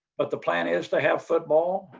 but the plan is to have football.